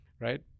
right